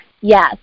yes